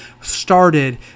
started